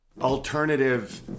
alternative